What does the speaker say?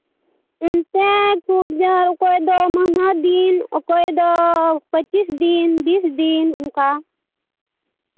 ᱚᱱᱛᱮ ᱠᱷᱩᱵᱽ ᱡᱳᱨ ᱚᱠᱚᱭ ᱫᱚ ᱢᱟᱹᱦᱱᱟᱹ ᱫᱤᱱ ᱚᱠᱚᱭ ᱫᱚ ᱯᱚᱸᱪᱤᱥ ᱫᱤᱱ ᱵᱤᱥ ᱫᱤᱱ ᱚᱱᱠᱟ